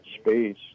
space